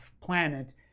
planet